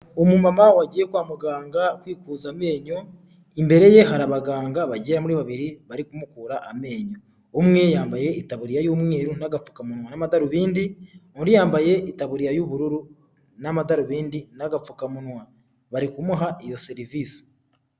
Umumama wagiye kwa muganga kwikuza amenyo, imbere ye hari abaganga bagera muri babiri bari kumukura amenyo. Umwe yambaye itaburiya y'umweru n'agapfukamunwa n'amadarubindi, undi yambaye itaburiya y'ubururu n'amadarubindi n'agapfukamunwa. Bari kumuha iyo serivisi.